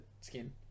skin